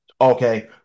Okay